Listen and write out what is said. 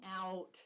out